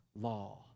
law